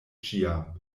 ĉiam